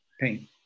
Pain